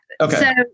Okay